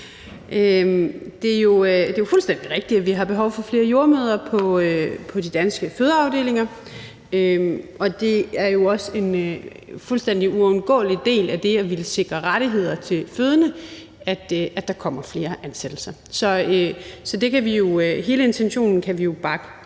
Det er jo fuldstændig rigtigt, at vi har behov for flere jordemødre på de danske fødeafdelinger, og det er jo også en fuldstændig uundgåelig del af det at ville sikre rettigheder til fødende, at der kommer flere ansættelser. Så hele intentionen kan vi bakke op om.